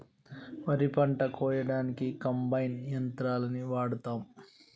వరి పంట కోయడానికి కంబైన్ యంత్రాలని వాడతాం